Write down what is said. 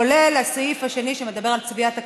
כולל הסעיף השני שמדבר על צביעת הכספים,